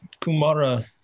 Kumara